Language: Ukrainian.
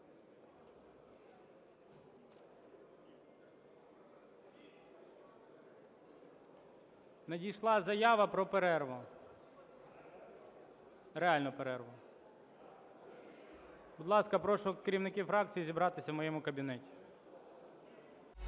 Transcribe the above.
Надійшла заява про перерву, реальну перерву. Будь ласка, прошу керівників фракцій зібратися в моєму кабінеті.